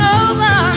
over